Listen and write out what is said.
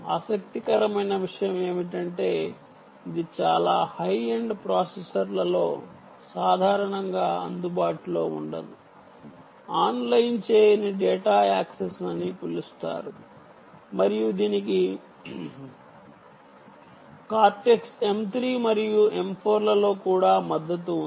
ఆసక్తికరమైన విషయం ఏమిటంటే ఇది చాలా హై ఎండ్ ప్రాసెసర్లలో సాధారణంగా అందుబాటులో ఉండదు అన్లైన్ చేయని డేటా యాక్సెస్ అని పిలుస్తారు మరియు దీనికి కార్టెక్స్ M 3 మరియు M4 లలో కూడా మద్దతు ఉంది